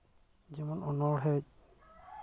ᱡᱮᱢᱚᱱ ᱚᱱᱚᱲᱦᱮᱸᱜ